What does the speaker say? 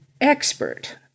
expert